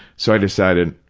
so, i decided,